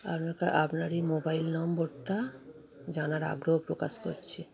আপনার কা আপনার এই মোবাইল নম্বরটা জানার আগ্রহ প্রকাশ করছি